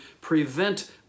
prevent